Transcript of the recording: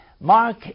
Mark